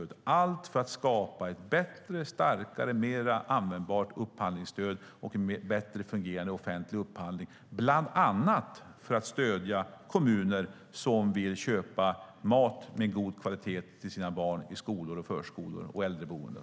Allt detta gör vi för att skapa ett bättre, starkare och mer användbart upphandlingsstöd och en bättre fungerande offentlig upphandling bland annat för att stödja kommuner som vill köpa mat med god kvalitet till sina barn i skolor och förskolor och till äldreboenden.